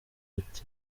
ati